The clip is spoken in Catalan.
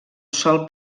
sol